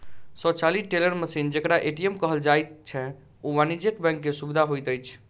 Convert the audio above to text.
स्वचालित teller machine जेकरा ATM कहल जाइत छै, ओ वाणिज्य बैंक के सुविधा होइत अछि